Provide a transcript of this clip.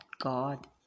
God